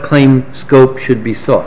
claim scope should be so